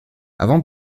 avant